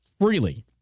freely